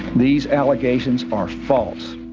these allegations are false.